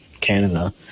Canada